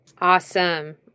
Awesome